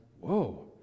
whoa